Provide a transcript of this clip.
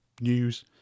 news